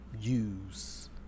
use